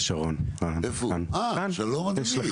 שלום, אדוני.